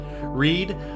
read